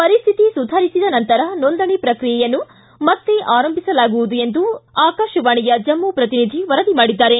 ಪರಿಸ್ವಿತಿ ಸುಧಾರಿಸಿದ ನಂತರ ನೋಂದಣಿ ಪ್ರಕ್ರಿಯೆಯನ್ನು ಮತ್ತೆ ಆರಂಭಿಸಲಾಗುವುದು ಎಂದು ಆಕಾಶವಾಣಿಯ ಜಮ್ಮು ಪ್ರತಿನಿಧಿ ವರದಿ ಮಾಡಿದ್ದಾರೆ